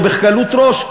או בקלות ראש,